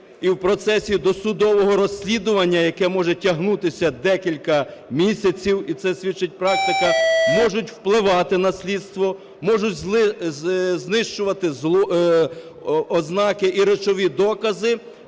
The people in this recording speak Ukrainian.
І в процесі досудового розслідування, яке може тягнутися декілька місяців і про це свідчить практика, можуть впливати на слідство, можуть знищувати ознаки і речові докази.